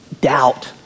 doubt